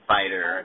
Fighter